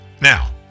Now